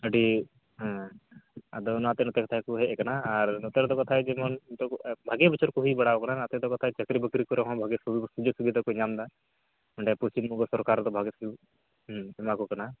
ᱟᱹᱰᱤ ᱦᱮᱸ ᱟᱫᱚ ᱚᱱᱟ ᱛᱮ ᱱᱚᱛᱮ ᱠᱟᱛᱷᱟᱡ ᱠᱚ ᱦᱮᱡ ᱟᱠᱟᱱᱟ ᱟᱨ ᱱᱚᱛᱮ ᱨᱮᱫᱚ ᱠᱟᱛᱷᱟᱡ ᱡᱮᱢᱚᱱ ᱡᱚᱛᱚ ᱵᱷᱟᱜᱮ ᱵᱚᱪᱷᱚᱨ ᱠᱚ ᱦᱩᱭ ᱵᱟᱲᱟ ᱟᱠᱟᱱᱟ ᱱᱚᱛᱮ ᱫᱚ ᱠᱟᱛᱷᱟᱡ ᱪᱟᱹᱠᱨᱤ ᱵᱟᱹᱠᱨᱤ ᱠᱚᱨᱮ ᱦᱚᱸ ᱵᱷᱟᱹᱜᱤ ᱥᱩᱡᱚᱠ ᱥᱩᱵᱤᱫᱟ ᱠᱚ ᱧᱟᱢ ᱮᱫᱟ ᱱᱚᱰᱮ ᱯᱚᱥᱪᱤᱢᱵᱚᱝᱜᱚ ᱥᱚᱨᱠᱟᱨ ᱫᱚ ᱵᱷᱟᱜᱮ ᱥᱩ ᱮᱢᱟ ᱠᱚ ᱠᱟᱱᱟ